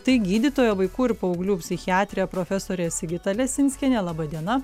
tai gydytoja vaikų ir paauglių psichiatrė profesorė sigita lesinskienė laba diena